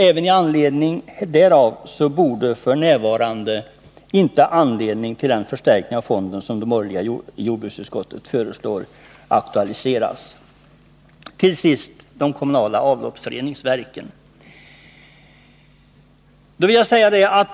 Även på grund härav borde det f. n. inte finnas någon anledning att aktualisera en förstärkning av fonden, vilket de borgerliga i utskottet har föreslagit. Till sist några ord om de lokala avloppsreningsverken.